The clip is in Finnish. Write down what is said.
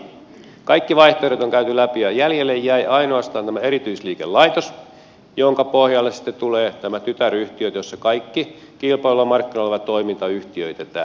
kaikki vaihtoehdot on käyty läpi ja jäljelle jäi ainoastaan tämä erityisliikelaitos jonka pohjalle sitten tulee tämä tytäryhtiö jossa kaikki kilpailevilla markkinoilla oleva toiminta yhtiöitetään